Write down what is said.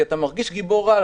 כי אתה מרגיש גיבור-על,